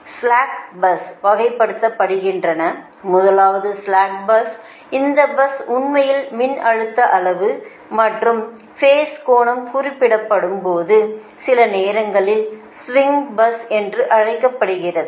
slack பஸ்கள் வகைப்படுத்தப்படுகின்றன முதலாவது ஸ்லாக் பஸ் இந்த பஸ் உண்மையில் மின்னழுத்த அளவு மற்றும் பேஸ் கோணம் குறிப்பிடப்படும் போது சில நேரங்களில் ஸ்விங் பஸ் என்றும் அழைக்கப்படுகிறது